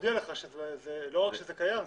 אני מודיע לך, שלא רק שזה קיים,